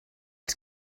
els